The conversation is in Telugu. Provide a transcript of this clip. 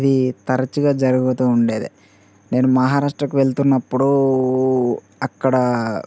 ఇది తరుచగా జరుగుతూ ఉండేదే నేను మహారాష్ట్రకు వెళ్తున్నప్పుడు అక్కడ